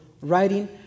writing